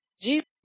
Jesus